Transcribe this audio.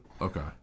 Okay